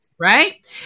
Right